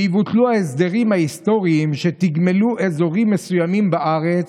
ויבוטלו ההסדרים ההיסטוריים שתגמלו אזורים מסוימים בארץ.